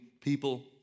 people